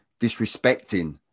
disrespecting